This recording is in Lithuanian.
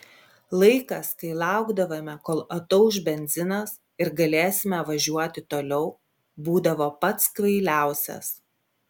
laikas kai laukdavome kol atauš benzinas ir galėsime važiuoti toliau būdavo pats kvailiausias